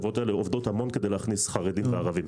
החברות האלה עובדות המון כדי להכניס חרדים וערבים.